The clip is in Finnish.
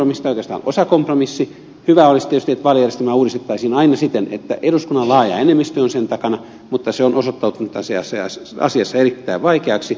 hyvä tietysti olisi että vaalijärjestelmää uudistettaisiin aina siten että eduskunnan laaja enemmistö on sen takana mutta se on osoittautunut tässä asiassa erittäin vaikeaksi